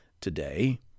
today